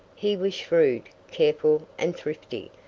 he was shrewd, careful, and thrifty,